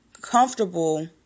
comfortable